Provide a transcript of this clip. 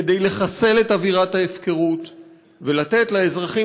כדי לחסל את אווירת ההפקרות ולתת לתושבים